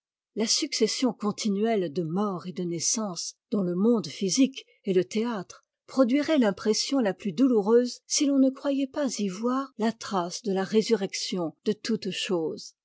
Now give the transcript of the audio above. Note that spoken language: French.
la succession continuelle de mort et de naissance dont le monde physique est le théâtre produirait l'impression la plus douloureuse si l'on ne croyait pas y voir la trace de la résurrection de toutes choses